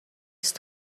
است